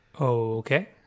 Okay